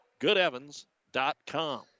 GoodEvans.com